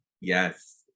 Yes